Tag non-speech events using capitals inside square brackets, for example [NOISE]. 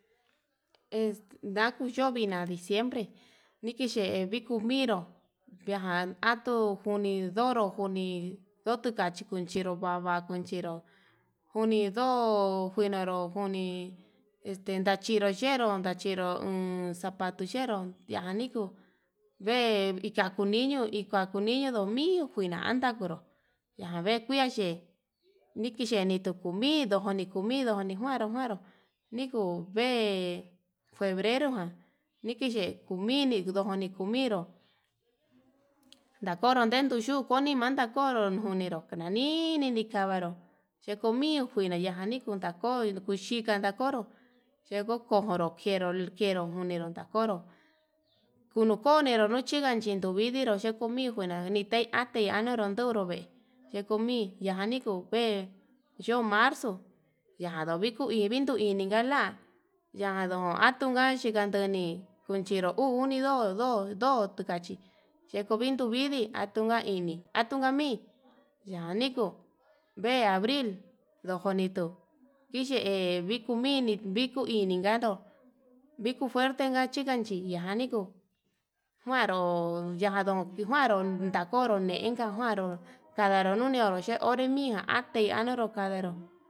[NOISE] Exnakuyo vina diciembre nikixhe nikuu minru vijan atuu njuni nonro njuni, ndoti kachi kunchiru vava nakun chinró junindo njunaro ndunii, enterachidu yenru ndachiro yaniku vee ika kuñido ikakuñido ño'o uni njurandano no'o yave kuia yee, nikiyeni tuu tikomido konikumido kunijuaru nikuu vee febrero ján nikiye kuu mini kuyido kuni kuu minró, [NOISE] ndakoni yendu yuu koni manda koro nunero kunamin ninikavaro xhikomi kuana nikuu nako kuxhika nakoro, yekokojoro kenro kenro nunito njanró kunikoniru nuchigan chikuminidu xhinuxhe, lanite atii yino nonró nuvee ndikomin yan nikuve yo'ó marzo yaduu viku viku ini yala atuu nanduu iku ite'e ikandeni nguchinru uu unido, ndo ndo tukachi yekun ndin tuvidii atun ndauni atuna min yaniku [NOISE] yo'o abril ndojo nituu yiye viku mini, vinikuini viko ini ngadu [NOISE] viko fuerte ngachinga chiya'a yaniku njuaro yando nijuaru ndakoro ne'e inka kuaru ndadaru ni oyuo yee anuate anuro kanaru.